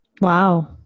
Wow